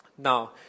Now